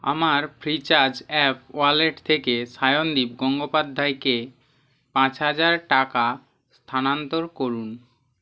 আমার Freecharge app wallet থেকে শায়নদীপ গঙ্গোপাধ্যায়কে পাঁচ হাজার টাকা স্থানান্তর করুন